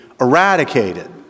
eradicated